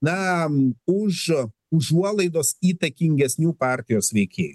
na už užuolaidos įtakingesnių partijos veikėjų